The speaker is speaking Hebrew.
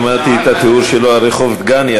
שמעתי את התיאור שלו על רחוב דגניה,